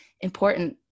important